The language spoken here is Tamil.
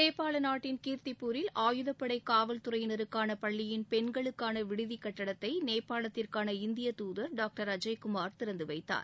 நேபாள நாட்டில் கீர்த்திபூரில் ஆயுதப்படை காவல் துறையினருக்கான பள்ளியின் பெண்களுக்கான விடுதி கட்டடத்தை நேபாளத்திற்கான இந்தியத் தூதர் டாக்டர் அஜய் குமார் திறந்து வைத்தார்